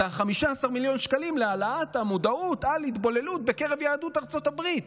ה-15 מיליון שקלים להעלאת המודעות על התבוללות בקרב יהדות ארצות הברית.